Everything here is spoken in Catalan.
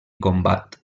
combat